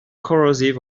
corrosive